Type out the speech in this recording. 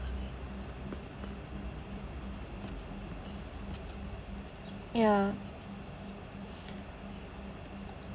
ya